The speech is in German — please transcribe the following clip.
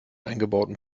eingebauten